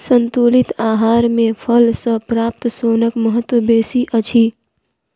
संतुलित आहार मे फल सॅ प्राप्त सोनक महत्व बेसी अछि